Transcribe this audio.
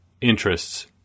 Interests